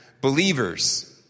believers